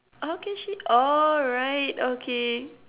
how can she oh right okay